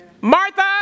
Martha